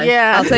yeah, so